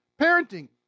parenting